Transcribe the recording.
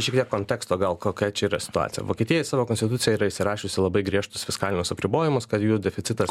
šiek tiek konteksto gal kokia čia yra situacija vokietija į savo konstituciją yra įsirašiusi labai griežtus fiskalinius apribojimus kad jų deficitas